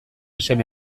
seme